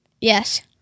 Yes